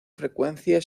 frecuencia